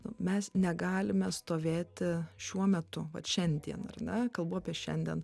nu mes negalime stovėti šiuo metu vat šiandien ar ne kalbu apie šiandien